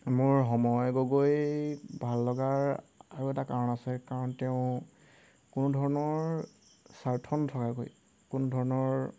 মোৰ সময় গগৈ ভাল লগাৰ আৰু এটা কাৰণ আছে কাৰণ তেওঁ কোনো ধৰণৰ স্বাৰ্থ নথকাগৈ কোনো ধৰণৰ